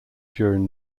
during